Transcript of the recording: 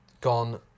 gone